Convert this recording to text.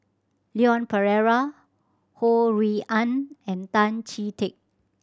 Leon Perera Ho Rui An and Tan Chee Teck